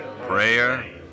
prayer